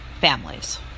families